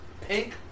Pink